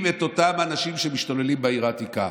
את אותם אנשים שמשתוללים בעיר העתיקה.